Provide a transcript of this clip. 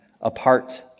apart